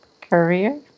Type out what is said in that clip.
career